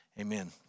Amen